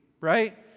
right